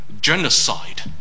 genocide